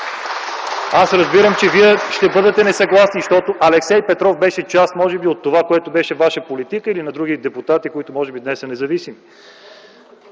Аз разбирам, че Вие ще бъдете несъгласни, защото Алексей Петров беше може би част от това, което беше ваша политика или на други депутати, които днес са независими.